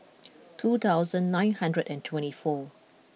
two thousand nine hundred and twenty four